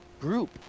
group